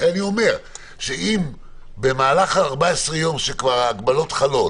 לכן אני אומר שאם במהלך ה-14 ימים שכבר ההגבלות חלות